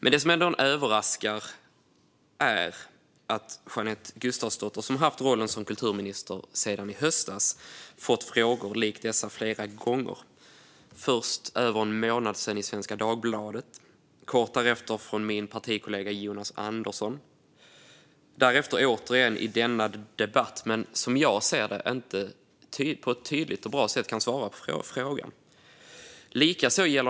Det som ändå överraskar är att Jeanette Gustafsdotter, som haft rollen som kulturminister sedan i höstas, har fått frågor likt dessa flera gånger - först för över en månad sedan i Svenska Dagbladet, kort därefter från min partikollega Jonas Andersson och därefter återigen i denna debatt - men att hon, som jag ser det, inte kan svara på frågorna på ett tydligt och bra sätt.